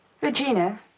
Regina